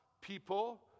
people